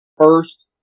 first